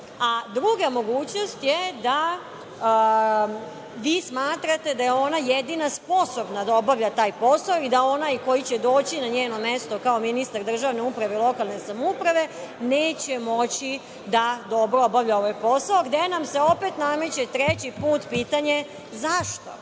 a druga mogućnost je da vi smatrate da je ona jedina sposobna da obavlja taj posao i da onaj koji će doći na njeno mesto kao ministar državne uprave i lokalne samouprave neće moći da dobro obavlja ovaj posao, gde nam se opet nameće treće potpitanje – zašto?